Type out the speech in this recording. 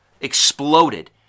exploded